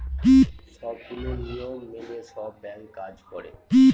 সবগুলো নিয়ম মেনে সব ব্যাঙ্ক কাজ করে